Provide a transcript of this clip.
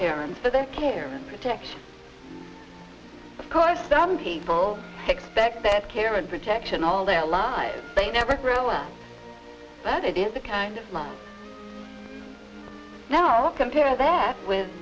parents for their care and protection of course some people expect care and protection all their lives they never grow up but it is a kind of don't compare that with